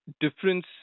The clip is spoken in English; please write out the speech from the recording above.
difference